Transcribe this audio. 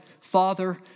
Father